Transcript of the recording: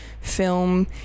film